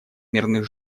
мирных